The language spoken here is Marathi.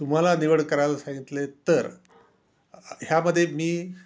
तुम्हाला निवड करायला सांगितले तर ह्यामध्ये मी